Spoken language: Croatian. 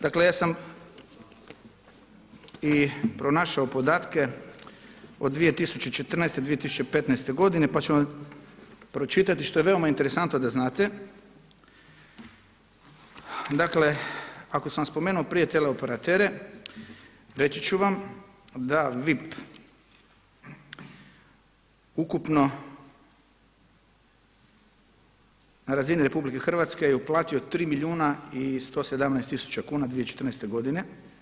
Dakle ja sam i pronašao podatke od 2014., 2015. godine pa ću vam pročitati što je veoma interesantno da znate, dakle ako sam vam spomenuo prije teleoperatere, reći ću vam da VIP ukupno na razini RH je uplatio 3 milijuna i 117 tisuća kuna 2014. godine.